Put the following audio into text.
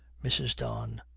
mrs. don.